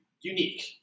unique